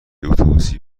اتوبوسی